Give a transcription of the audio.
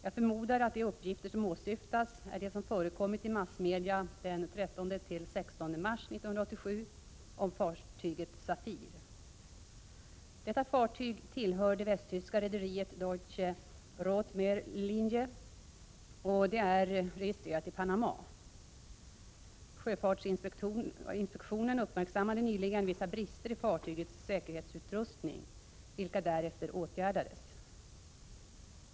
Jag förmodar att de uppgifter som åsyftas är de som förekommit i massmedia den 13-16 mars 1987 om fartyget Safir. Detta fartyg tillhör det västtyska rederiet Deutsche Rotmeerlinie, och det är registrerat i Panama. Sjöfartsinspektionen uppmärksammade nyligen vissa brister i fartygets säkerhetsutrustning, vilka därefter åtgärdades.